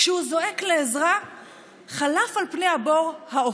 כשהוא זועק לעזרה חלף על פני הבור האופה.